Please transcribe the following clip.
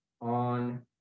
on